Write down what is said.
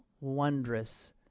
wondrous